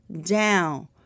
down